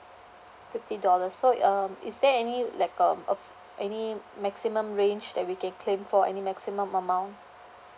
fifty dollar so um is there any like um of any maximum range that we can claim for any maximum amount